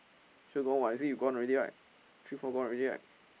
sure gone [what] you see you gone already right three four gone already right